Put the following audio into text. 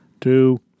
Two